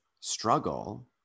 struggle